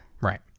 Right